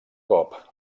cop